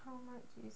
how much is